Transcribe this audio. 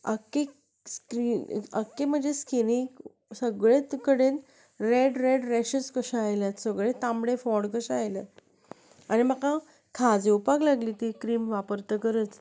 आख्खी स्ट्री आख्खी म्हजे स्किनीक सगळेच कडेन रॅड रॅड रॅशीज कशे आयल्यात सगळे तांबडे फोड कशे आयल्यात आनी म्हाका खाज येवपाक लागली ती क्रीम वापरतकच